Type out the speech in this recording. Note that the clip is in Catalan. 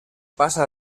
passa